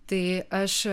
tai aš